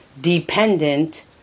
dependent